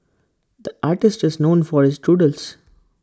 the artist just known for its doodles